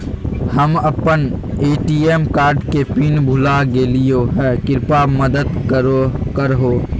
हम अप्पन ATM card के पिन भुला गेलिओ हे कृपया मदद कर हो